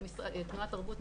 תנועת תרבות,